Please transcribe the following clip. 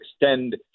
extend